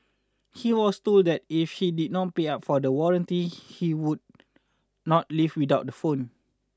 he was told that if he did not pay up for the warranty he would not leave without the phone